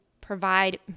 provide